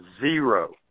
zero